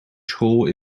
school